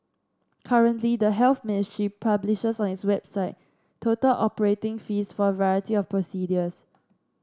currently the Health Ministry publishes on its website total operation fees for a variety of procedures